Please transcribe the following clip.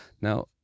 Now